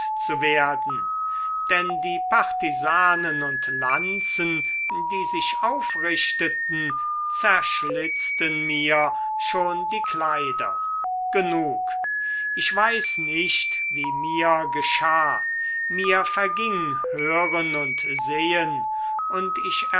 zu werden denn die partisanen und lanzen die sich aufrichteten zerschlitzten mir schon die kleider genug ich weiß nicht wie mir geschah mir verging hören und sehen und ich